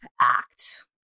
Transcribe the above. act